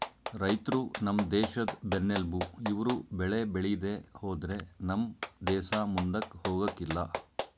ರೈತ್ರು ನಮ್ ದೇಶದ್ ಬೆನ್ನೆಲ್ಬು ಇವ್ರು ಬೆಳೆ ಬೇಳಿದೆ ಹೋದ್ರೆ ನಮ್ ದೇಸ ಮುಂದಕ್ ಹೋಗಕಿಲ್ಲ